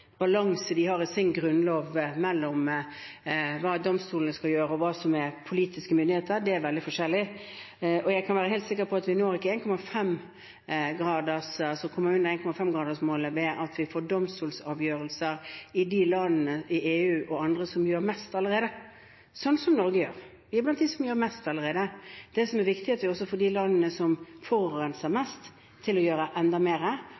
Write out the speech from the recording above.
veldig forskjellig. Jeg er helt sikker på at vi ikke kommer under 1,5-gradersmålet ved at vi får domstolsavgjørelser i de EU-landene og andre land som gjør mest allerede, sånn som Norge. Vi er blant dem som gjør mest allerede. Det som er viktig, er at vi også får de landene som forurenser mest, til å gjøre enda